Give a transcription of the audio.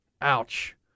Ouch